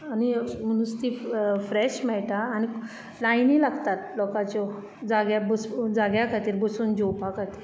आनी नुस्तें फ् फ्रॅश मेळटा आनी लायणी लागतात लोकाच्यो जाग्यार बसवून जाग्या खातीर बसून जेवपा खातीर